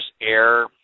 Air